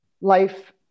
life